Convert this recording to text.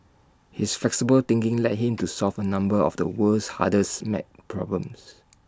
his flexible thinking led him to solve A number of the world's hardest math problems